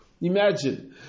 Imagine